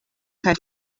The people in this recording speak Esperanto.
kaj